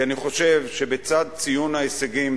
כי אני חושב שבצד ציון ההישגים,